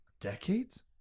decades